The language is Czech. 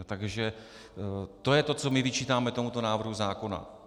Takže to je to, co my vyčítáme tomuto návrhu zákona.